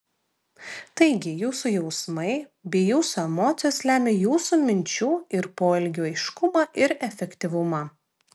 taigi jūsų jausmai bei jūsų emocijos lemia jūsų minčių ir poelgių aiškumą ir efektyvumą